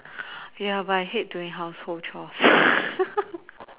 ya but I hate doing household chores